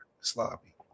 sloppy